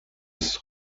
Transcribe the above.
ist